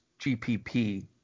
GPP